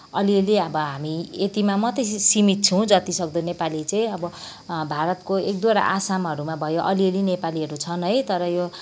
अलिअलि अब हामी यतिमा मात्रै सीमित छौँ जतिसक्दो नेपाली चाहिँ अब भारतको एक दुईवटा आसमहरूमा भयो अलिअलि नेपालीहरू छन् है तर यो